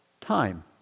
Time